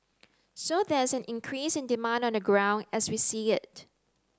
so there is an increase in demand on the ground as we see it